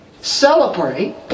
celebrate